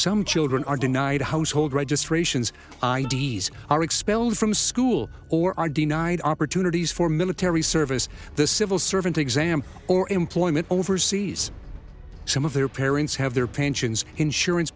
some children are denied household registrations i d s are expelled from school or are denied opportunities for military service the civil servant exam or employment overseas some of their parents have their pensions insurance